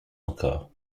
encore